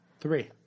Three